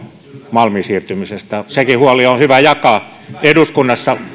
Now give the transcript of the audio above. malmin siirtymisestä sekin huoli on hyvä jakaa eduskunnassa